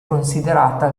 considerata